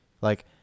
Like-